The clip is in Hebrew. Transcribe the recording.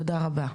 תודה רבה.